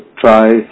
try